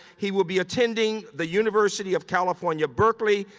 he will be attending the university of california, berkeley,